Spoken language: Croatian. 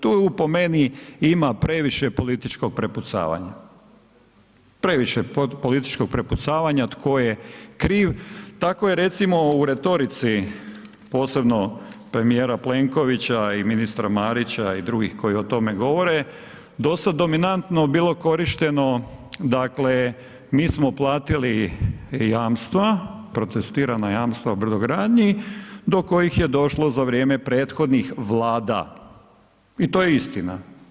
Tu po meni ima previše političko prepucavanja, previše političkog prepucavanja tko je kriv, tako je recimo u retorici posebno premijera Plenkovića i ministra Marića i drugih koji o tome govore, do sad dominantno bilo korišteno, dakle mi smo platili jamstva, protestirana jamstva u brodogradnji do kojih je došlo za vrijeme prethodnih Vlada i to je istina.